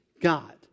God